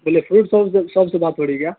سر یہ fruit shop سے بات ہو رہی ہے